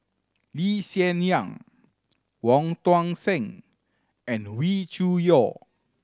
Lee Hsien Yang Wong Tuang Seng and Wee Cho Yaw